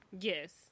Yes